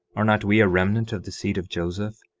are not we a remnant of the seed of joseph?